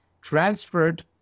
transferred